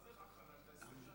מה זה חבר כנסת חדש?